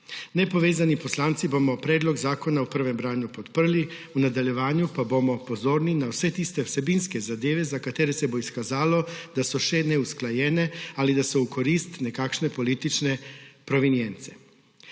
Nepovezani poslanci bomo predlog zakona v prvem branju podprli, v nadaljevanju pa bomo pozorni na vse tiste vsebinske zadeve, za katere se bo izkazalo, da so še neusklajene ali da so v korist nekakšne politične provenience.